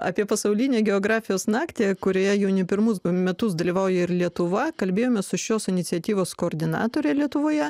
apie pasaulinę geografijos naktį kurioje jau ne pirmus metus dalyvauja ir lietuva kalbėjomės su šios iniciatyvos koordinatore lietuvoje